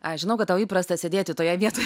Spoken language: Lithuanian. aš žinau kad tau įprasta sėdėti toje vietoje